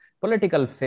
political